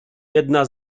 jedna